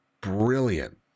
brilliant